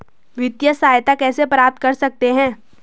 वित्तिय सहायता कैसे प्राप्त कर सकते हैं?